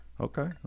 Okay